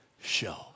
show